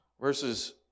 Verses